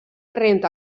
renta